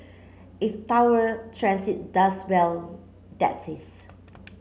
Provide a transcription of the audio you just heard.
if Tower Transit does well that's is